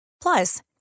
Plus